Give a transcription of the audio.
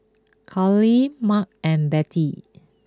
Carlyle Mack and Bette